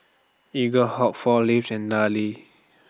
Eaglehawk four Leaves and Darlie